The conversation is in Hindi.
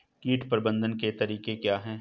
कीट प्रबंधन के तरीके क्या हैं?